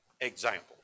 examples